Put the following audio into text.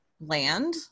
land